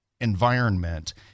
environment